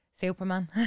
Superman